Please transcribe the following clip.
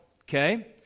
okay